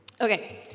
Okay